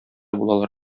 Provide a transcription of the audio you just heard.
булалар